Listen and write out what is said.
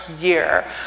year